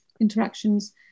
Interactions